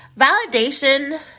validation